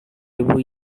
ribu